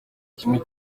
kimwe